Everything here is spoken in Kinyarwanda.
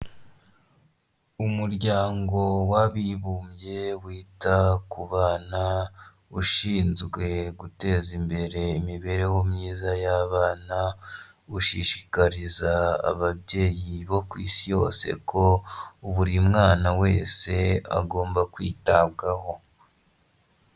Umuryango w'abibumbye wita ku bana ushinzwe guteza imbere imibereho myiza y'abana, gushishikariza ababyeyi bo ku isi yose ko buri mwana wese agomba kwitabwaho.